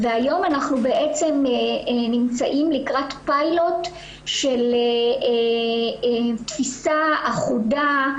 והיום אנחנו בעצם נמצאים לקראת פיילוט של תפיסה אחודה,